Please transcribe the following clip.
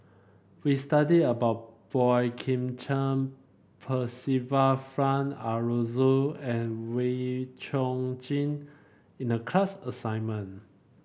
we study about Boey Kim Cheng Percival Frank Aroozoo and Wee Chong Jin in the class assignment